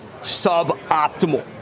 suboptimal